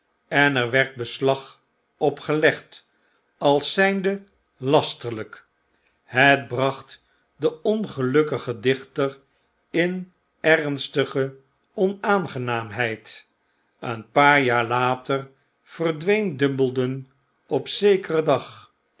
en er werd beslag op gelegd als zynde lasterlyk het bracht den ongelukkigen dichter in ernstige onaangenaamheid een paar jaar later verdween dumbledon op zekeren dag